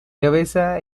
cabeza